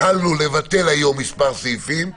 יכולנו לבטל היום מספר סעיפים,